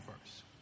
first